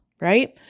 Right